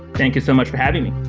thank you so much for having me.